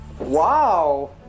wow